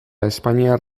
espainiar